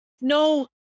no